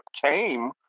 came